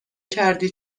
کردی